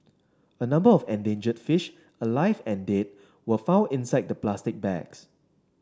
a number of endangered fish alive and dead were found inside the plastic bags